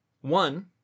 One